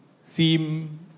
seem